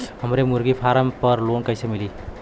हमरे मुर्गी फार्म पर लोन कइसे मिली?